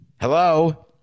Hello